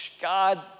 God